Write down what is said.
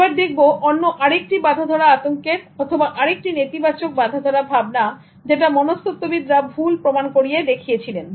এবার দেখব অন্য আরেকটি বাঁধাধরা আতঙ্কের অথবা আরেকটি নেতিবাচক বাঁধাধরা ভাবনা যেটা মনস্তত্ত্ববিদরা ভুল প্রমাণ করিয়ে দেখিয়ে ছিলেন